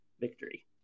victory